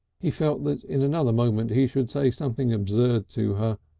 he felt that in another moment he should say something absurd to her,